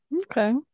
Okay